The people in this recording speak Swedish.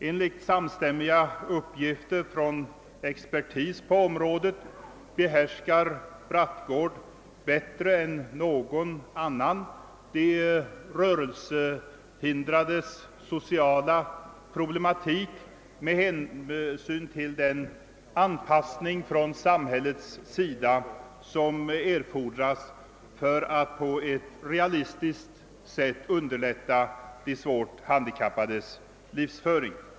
Enligt samstämmiga uttalanden från expertis på området behärskar Brattgård bättre än någon annan de rörelsehindrades sociala problematik när det gäller den erforderliga anpassningen från samhällets sida för att på ett realistiskt sätt underlätta dessa människors livsföring.